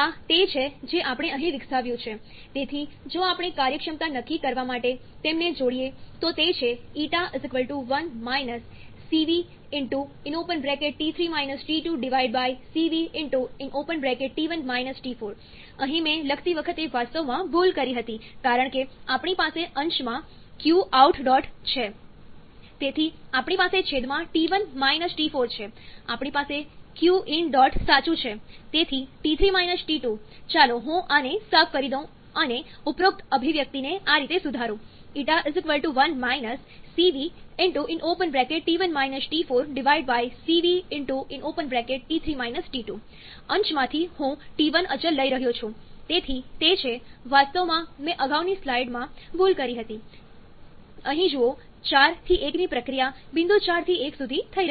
આ તે છે જે આપણે અહીં વિકસાવ્યું છે તેથી જો આપણે કાર્યક્ષમતા નક્કી કરવા માટે તેમને જોડીએ તો તે છે Ƞ 1 cvcv અહીં મેં લખતી વખતે વાસ્તવમાં ભૂલ કરી હતી કારણ કે આપણી પાસે અંશમાં qdot out છે તેથી આપણી પાસે છેદમાં T1 - T4 છે આપણી પાસે qdot in સાચું છેતેથી T3 - T2 ચાલો હું આને સાફ કરી દઉં અને ઉપરોક્ત અભિવ્યક્તિને આ રીતે સુધારું Ƞ 1 cvcv અંશમાંથી હું T1 અચલ લઈ રહ્યો છું તેથી તે છે વાસ્તવમાં મેં અગાઉની સ્લાઇડમાં ભૂલ કરી હતી અહીં જુઓ 4 થી 1 ની પ્રક્રિયા બિંદુ 4 થી 1 સુધી થઈ રહી છે